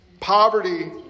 Poverty